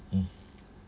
mm